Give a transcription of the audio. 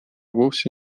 вовсе